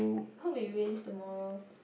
hope it rains tomorrow